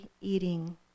eating